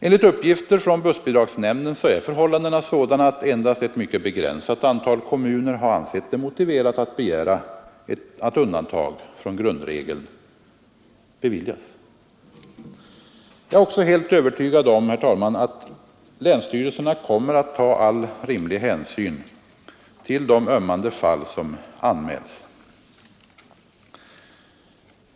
Enligt uppgifter från bussbidragsnämnden är förhållandena sådana att endast ett mycket begränsat antal kommuner har ansett det motiverat att begära att undantag från grundregeln beviljas. Jag är också helt övertygad om, herr talman, att länsstyrelserna kommer att ta all rimlig hänsyn till de ömmande fall som anmäls.